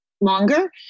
longer